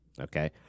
okay